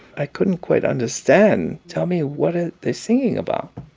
i couldn't quite understand. tell me, what are they singing about?